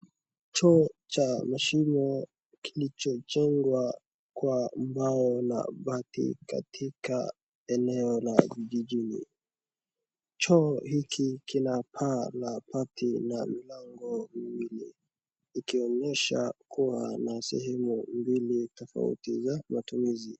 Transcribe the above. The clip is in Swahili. Choo cha mashino kilichojengwa kwa mbao na bati katika eneo la kijijini. Choo hiki kinapaa na bati na ambalo ikionyesha kuwa na sehemu mbili tofauti za matumizi.